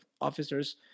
officers